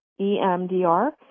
EMDR